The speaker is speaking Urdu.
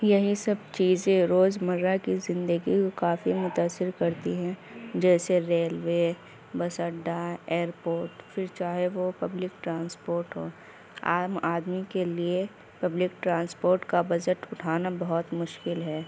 یہی سب چیزیں روز مرہ کی زندگی کو کافی متأثر کرتی ہیں جیسے ریلوے بس اڈہ ایئرپورٹ پھر چاہے وہ پبلک ٹرانسپورٹ ہو عام آدمی کے لیے پبلک ٹرانسپورٹ کا بجٹ اٹھانا بہت مشکل ہے